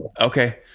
Okay